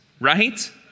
Right